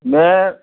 ਮੈਂ